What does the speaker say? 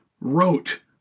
wrote